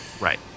right